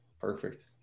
Perfect